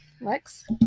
Lex